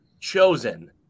chosen